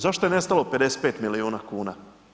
Zašto je nestalo 55 miliona kuna?